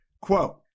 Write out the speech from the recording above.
quote